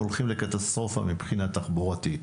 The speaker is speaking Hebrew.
אנו הולכים לקטסטרופה תחבורתית.